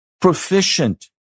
proficient